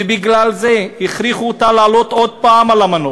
ובגלל זה הכריחו אותה לעלות עוד הפעם על המנוף,